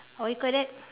what you call that